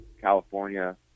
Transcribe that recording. California